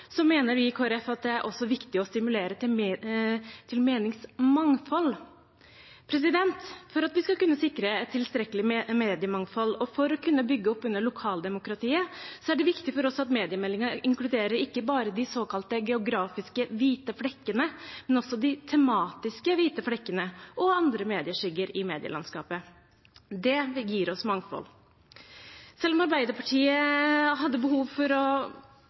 meningsmangfold. For at vi skal kunne sikre et tilstrekkelig mediemangfold, og for at vi skal kunne bygge opp under lokaldemokratiet, er det viktig for oss at mediemeldingen inkluderer ikke bare de såkalte geografiske hvite flekkene, men også de tematiske hvite flekkene og andre medieskygger i medielandskapet. Det gir oss mangfold. Selv om Arbeiderpartiet har behov for å